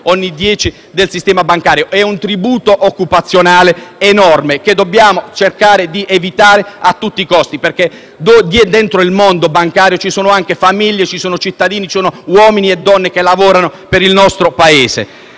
ogni dieci del sistema bancario. È un tributo occupazionale enorme, che dobbiamo cercare di evitare a tutti i costi, perché dentro il mondo bancario ci sono anche famiglie, cittadini, uomini e donne che lavorano per il nostro Paese.